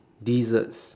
desserts